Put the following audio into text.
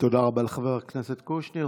תודה רבה לחבר הכנסת קושניר.